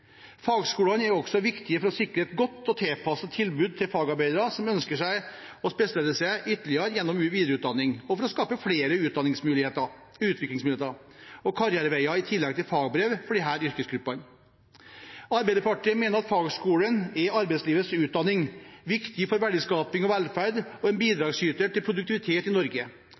Fagskolene er også viktige for å sikre et godt og tilpasset tilbud til fagarbeidere som ønsker å spesialisere seg ytterligere gjennom videreutdanning, og for å skape flere utdanningsmuligheter og karriereveier i tillegg til fagbrev for disse yrkesgruppene. Arbeiderpartiet mener at fagskolen er arbeidslivets utdanning, viktig for verdiskaping og velferd og en bidragsyter til produktivitet i Norge.